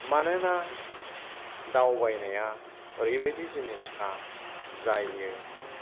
मानोना दावबायनाया ओरैबायदि जिनिसखा जायो